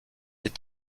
est